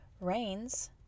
rains